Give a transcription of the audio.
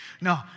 No